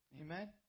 Amen